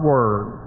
Word